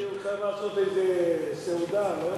לדעתי, הוא צריך לעשות איזו סעודה, לא ככה.